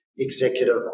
Executive